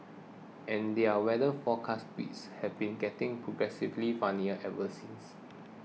and their weather forecast tweets have been getting progressively funnier ever since